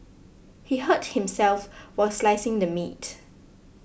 he hurt himself while slicing the meat